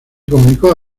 comunicó